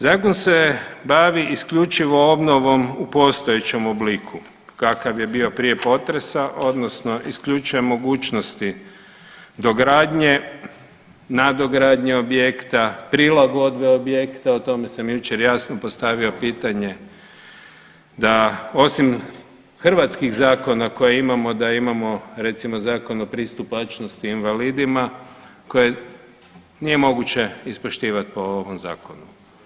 Zakon se bavi isključivo obnovom u postojećem obliku kakav je bio prije potresa odnosno isključuje mogućnosti dogradnje, nadogradnje objekta, prilagodbe objekta, o tome sam jučer jasno postavio pitanje da osim hrvatskih zakona koje imamo da imamo recimo Zakon o pristupačnosti invalidima koje nije moguće ispoštivat po ovom zakonu.